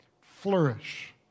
flourish